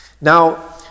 Now